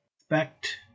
Expect